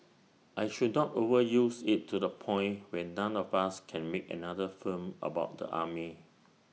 I should not overuse IT to the point where none of us can make another film about the army